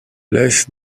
laisse